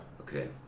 Okay